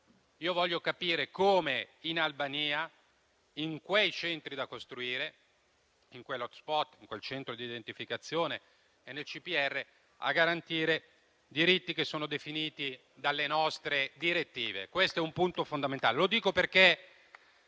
vorrei capire come in Albania, in quei centri da costruire, in quell'*hotspot*, in quel centro di identificazione e nel CPR, si potranno garantire diritti che sono definiti dalle nostre direttive. Questo è un punto fondamentale.